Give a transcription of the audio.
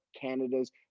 Canada's